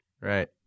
Right